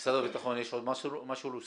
משרד הביטחון, יש עוד משהו להוסיף?